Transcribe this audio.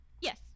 yes